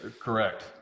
Correct